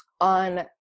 on